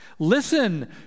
Listen